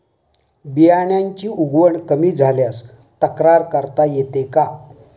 बियाण्यांची उगवण कमी झाल्यास तक्रार करता येते का?